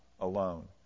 Alone